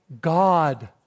God